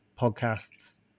podcasts